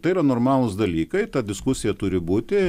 tai yra normalūs dalykai ta diskusija turi būti